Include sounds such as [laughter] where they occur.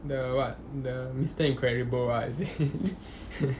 the what the mister incredible ah is it [laughs]